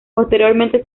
posteriormente